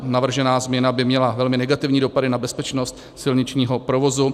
Navržená změna by měla velmi negativní dopady na bezpečnost silničního provozu.